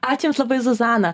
ačiū jums labai zuzana